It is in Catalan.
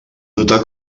notar